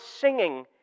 singing